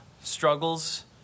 struggles